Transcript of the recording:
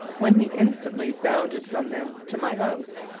when he instantly bounded from them to my house,